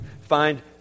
find